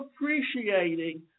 appreciating